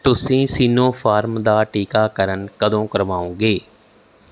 ਤੁਸੀਂ ਸਿਨੋਫਾਰਮ ਦਾ ਟੀਕਾਕਰਨ ਕਦੋਂ ਕਰਵਾਓਗੇ